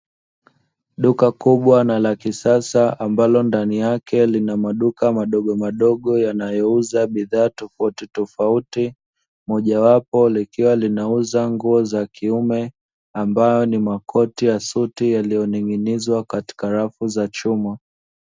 Duka kubwa na la kisasa ambalo ndani yake lina maduka madogomadogo, yanayouza bidhaa tofauti tofauti, mojawapo likiwa linauza nguo za kiume ambayo ni makoti ya suti, yaliyoning'inizwa katika rafu za chuma.